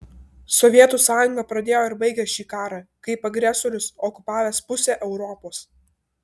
sovietų sąjunga pradėjo ir baigė šį karą kaip agresorius okupavęs pusę europos